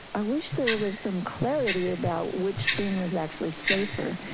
i wish there was some clarity about which thing was actually safer.